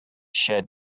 shared